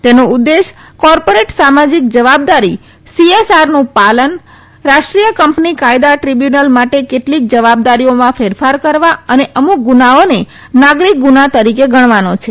તેનો ઉદ્દેશ કોર્પોરિટ સામાજીક જવાબદારી સીએસઆરનું પાલન રાષ્ટ્રીય કંપની કાયદા દ્રીબ્યુનલ માટે કેટલીક જવાબદારીઓમાં ફેરફાર કરવા અને અમુક ગુનાઓને નાગરીક ગુના તરીકે ગણવાનો છે